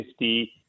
50